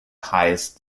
highest